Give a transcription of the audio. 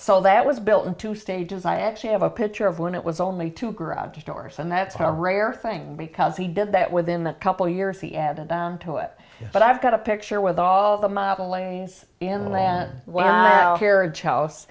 so that was built in two stages i actually have a picture of one it was only two garage doors and that's a rare thing because he did that within the couple of years he added them to it but i've got a picture with all of them up and lays in that wow carriage house